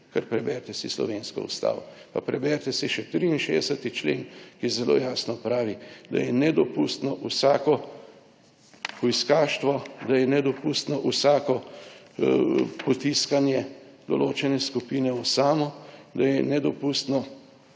Kar preberite si slovensko Ustavo, pa preberite si še 63. člen, ki zelo jasno pravi, da je nedopustno vsako hujskaštvo, da je nedopustno vsako potiskanje določene skupine v samo, da je nedopustno